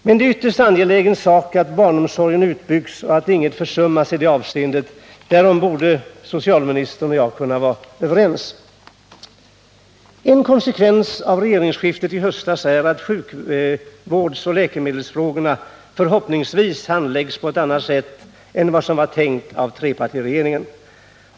Men det är en ytterst angelägen sak att barnomsorgen byggs ut och att inget försummas i det avseendet. Därom borde socialministern och jag kunna vara överens. En konsekvens av regeringsskiftet i höstas är att sjukvårdsoch läkemedelsfrågorna, förhoppningsvis, handläggs på ett annat sätt än vad som var tänkt av trepartiregeringen.